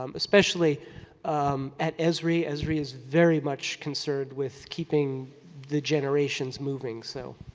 um especially at esri. esri is very much concerned with keeping the generations moving. so.